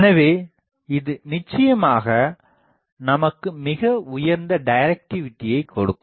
எனவே இது நிச்சயமாக நமக்கு மிக உயர்ந்த டைரக்டிவிடியை கொடுக்கும்